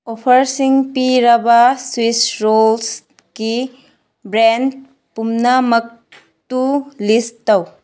ꯑꯣꯐꯔꯁꯤꯡ ꯄꯤꯔꯕ ꯁ꯭ꯋꯤꯁ ꯔꯣꯜꯁꯀꯤ ꯕ꯭ꯔꯦꯟ ꯄꯨꯝꯅꯃꯛꯇꯨ ꯂꯤꯁ ꯇꯧ